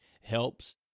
helps